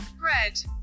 Red